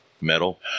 Metal